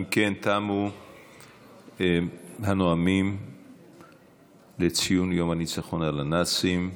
אם כן, תמו הנאומים לציון יום הניצחון על הנאצים.